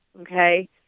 Okay